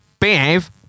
Behave